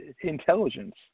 intelligence